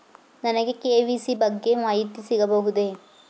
ನನಗೆ ಕೆ.ವೈ.ಸಿ ಬಗ್ಗೆ ಮಾಹಿತಿ ಸಿಗಬಹುದೇ?